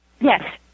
Yes